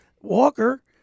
Walker